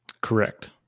Correct